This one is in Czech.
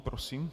Prosím.